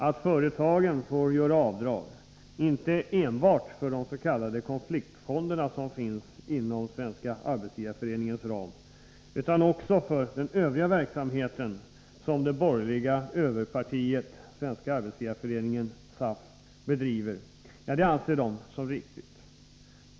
Att företagen får göra avdrag, inte enbart för de s.k. konfliktfonderna som finns inom Svenska arbetsgivareföreningens ram, utan också för den övriga verksamhet som det borgerliga överpartiet Svenska arbetsgivareföreningen, SAF, bedriver anser de vara riktigt.